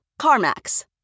CarMax